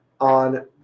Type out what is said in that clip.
on